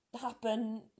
happen